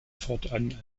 fortan